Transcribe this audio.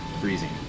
freezing